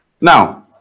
Now